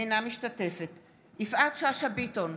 אינה משתתפת בהצבעה יפעת שאשא ביטון,